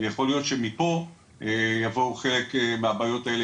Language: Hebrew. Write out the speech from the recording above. יכול להיות שמפה יבואו חלק מהבעיות האלה